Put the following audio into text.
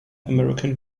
american